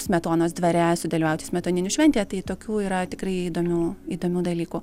smetonos dvare sudalyvauti smetoninių šventėje tai tokių yra tikrai įdomių įdomių dalykų